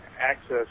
access